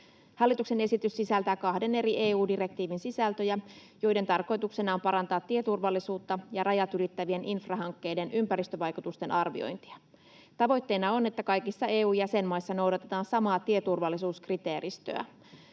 Hallituksen esitys sisältää kahden eri EU-direktiivin sisältöjä, joiden tarkoituksena on parantaa tieturvallisuutta ja rajat ylittävien infrahankkeiden ympäristövaikutusten arviointia. Tavoitteena on, että kaikissa EU-jäsenmaissa noudatetaan samaa tieturvallisuuskriteeristöä.